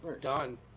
Done